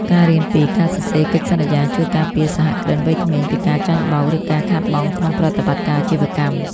ការរៀនពី "ការសរសេរកិច្ចសន្យា" ជួយការពារសហគ្រិនវ័យក្មេងពីការចាញ់បោក ឬការខាតបង់ក្នុងប្រតិបត្តិការអាជីវកម្ម។